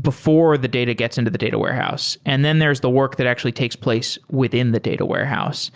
before the data gets into the data warehouse, and then there's the work that actually takes place within the data warehouse.